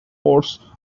worse